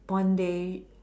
one day